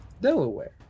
Delaware